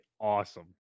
Awesome